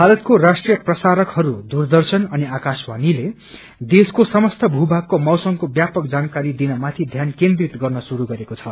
भारतको राष्ट्रिय प्रसारकहरू दूरदर्शनअनि आकाशवाणीले देशको समस्त भूभागको मौसमको व्यापक जानकारी दिनुमाथि ध्यान केन्द्रित गर्न शुरू गरेको छ